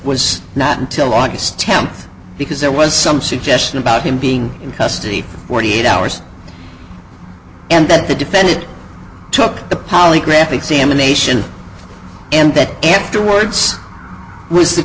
was not until august tenth because there was some suggestion about him being in custody forty eight hours and that the defendant took a polygraph examination and that afterwards was the